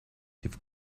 you’ve